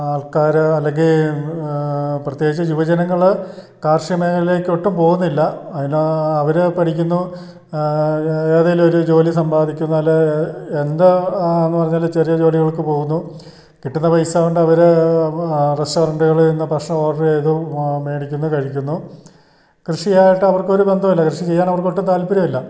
ആൾക്കാർ അല്ലെങ്കിൽ പ്രത്യേകിച്ച് യുവജനങ്ങൾ കാർഷിക മേഖലയിലേക്കൊട്ടും പോകുന്നില്ല അതിന് അവർ പഠിക്കുന്നു ഏതെങ്കിലും ഒരു ജോലി സമ്പാദിക്കുന്നതല്ലേ എന്താ ആണെന്നു പറഞ്ഞാലും ചെറിയ ജോലികൾക്ക് പോകുന്നു കിട്ടുന്ന പൈസ കൊണ്ടവർ റെസ്റ്റോറൻ്റുകളിൽ നിന്ന് ഭക്ഷണം ഓർഡർ ചെയ്തും മേടിക്കുന്നു കഴിക്കുന്നു കൃഷി ആയിട്ടവർക്കൊരു ബന്ധവും ഇല്ല കൃഷി ചെയ്യാനവർക്കൊട്ട് താൽപര്യവും ഇല്ല